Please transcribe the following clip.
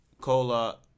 Cola